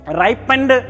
ripened